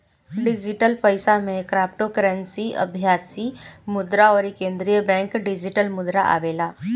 digital पईसा में cryptocurrency, आभासी मुद्रा अउरी केंद्रीय बैंक डिजिटल मुद्रा आवेला